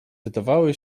wydawały